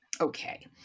Okay